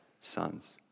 sons